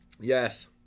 Yes